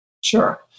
Sure